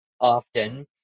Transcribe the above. often